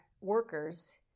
workers